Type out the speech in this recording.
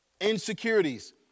Insecurities